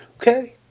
okay